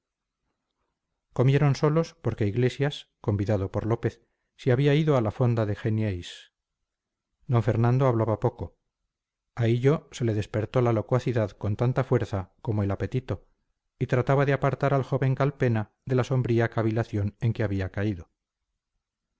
comieron solos porque iglesias convidado por lópez se había ido a la fonda de genieys d fernando hablaba poco a hillo se le despertó la locuacidad con tanta fuerza como el apetito y trataba de apartar al joven calpena de la sombría cavilación en que había caído